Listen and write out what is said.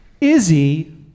Izzy